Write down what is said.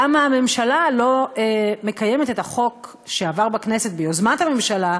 למה הממשלה לא מקיימת את החוק שעבר בכנסת ביוזמת הממשלה,